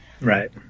Right